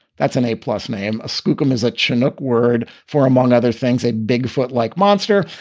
that's an a plus name, a snookums that schnuck word for, among other things, a bigfoot like monster.